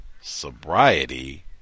Sobriety